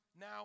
now